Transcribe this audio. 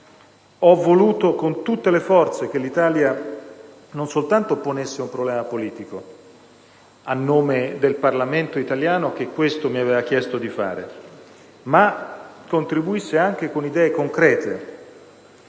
Ho voluto con tutte le forze che l'Italia non soltanto ponesse un problema politico, a nome del Parlamento italiano che questo mi aveva chiesto di fare, ma contribuisse anche con idee concrete.